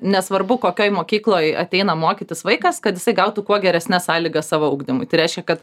nesvarbu kokioj mokykloj ateina mokytis vaikas kad jisai gautų kuo geresnes sąlygas savo ugdymui tai reiškia kad